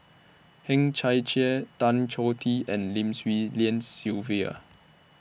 Hang Chang Chieh Tan Choh Tee and Lim Swee Lian Sylvia